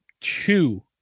two